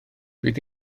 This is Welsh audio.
fydd